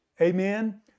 Amen